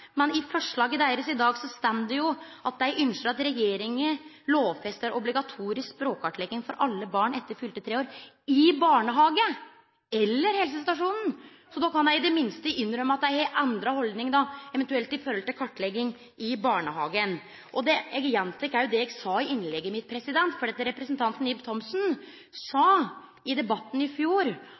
Men i deira forslag i dag står det jo at dei ønskjer at regjeringa lovfestar «obligatorisk språkkartlegging for alle barn etter fylte tre år, i barnehagen eller på helsestasjonen». Så då kan dei i det minste innrømme at dei har endra haldning, eventuelt i forhold til kartlegging i barnehagen. Eg gjentek òg det eg sa i innlegget mitt, for representanten Ib Thomsen sa i debatten i fjor